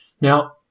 Now